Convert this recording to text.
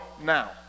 now